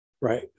Right